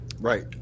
Right